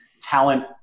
talent